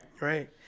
Right